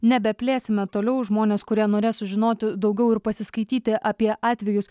nebeplėsime toliau žmonės kurie norės sužinoti daugiau ir pasiskaityti apie atvejus